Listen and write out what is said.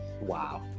Wow